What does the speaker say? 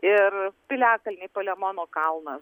ir piliakalniai palemono kalnas